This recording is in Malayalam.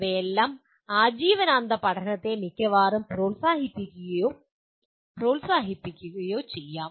അവയെല്ലാം ആജീവനാന്ത പഠനത്തെ മിക്കവാറും അവയെല്ലാം ആജീവനാന്ത പഠനത്തെ മിക്കവാറും പ്രോത്സാഹിപ്പിക്കുകയും ചെയ്യും